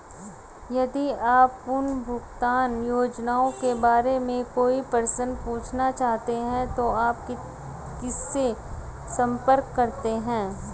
यदि आप पुनर्भुगतान योजनाओं के बारे में कोई प्रश्न पूछना चाहते हैं तो आप किससे संपर्क करते हैं?